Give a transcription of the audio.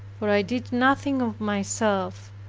for i did nothing of myself,